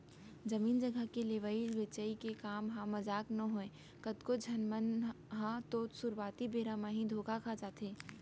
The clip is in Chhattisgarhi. जमीन जघा के लेवई बेचई के काम ह मजाक नोहय कतको झन मनसे मन ह तो सुरुवाती बेरा म ही धोखा खा जाथे